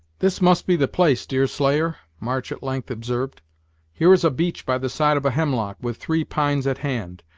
this must be the place, deerslayer, march at length observed here is a beech by the side of a hemlock, with three pines at hand,